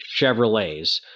Chevrolets